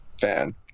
fan